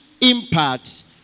impact